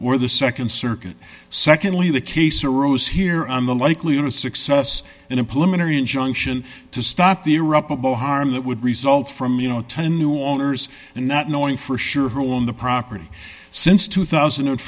or the nd circuit secondly the case arose here on the likelihood of success in employment or injunction to stop the irreparable harm that would result from you know ten new owners and not knowing for sure who on the property since two thousand a